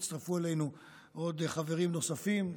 הצטרפו אלינו חברים נוספים,